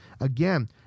Again